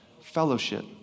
fellowship